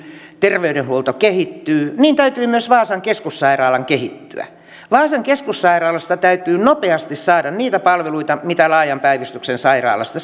terveydenhuolto kehittyy ja niin täytyy myös vaasan keskussairaalan kehittyä vaasan keskussairaalassa täytyy nopeasti saada niitä palveluita mitä laajan päivystyksen sairaalassa